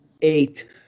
eight